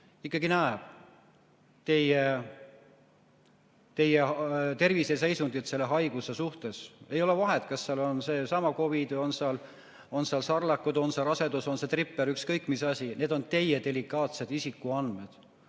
ikkagi näeb teie terviseseisundit selle haiguse suhtes. Ei ole vahet, kas see on seesama COVID või on seal sarlakid, on see rasedus, on see tripper, ükskõik, mis asi. Need on teie delikaatsed isikuandmed.